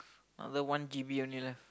another one G_B only left